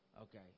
Okay